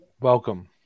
Welcome